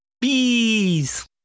Bees